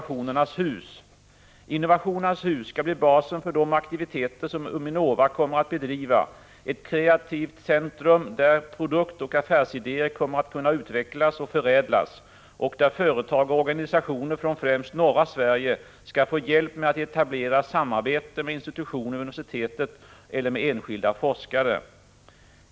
Innovationernas Hus skall bli basen för de aktiviteter som UMINOVA kommer att bedriva, ett kreativt centrum där produktoch affärsidéer kommer att kunna utvecklas och ”förädlas” och där företag och organisationer från främst norra Sverige skall få hjälp med att etablera samarbete med institutioner vid universitetet eller med enskilda forskare.